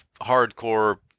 hardcore